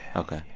ok.